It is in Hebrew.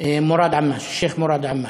מוראד עמאש, שיח' מוראד עמאש.